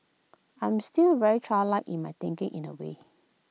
I'm still very childlike in my thinking in A way